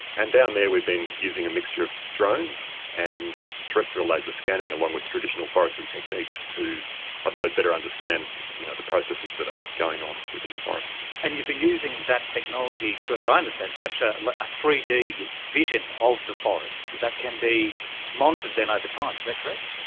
and down there we've been using a mixture of drones and terrestrial laser scanning, along with traditional forestry techniques to i ah suppose better understand you know the processes that are going on within the forest. and you've been using that technology to, as i understand it, capture like a three d vision of the forest that can be monitored then over time, is that correct?